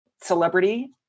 celebrity